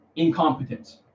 Incompetence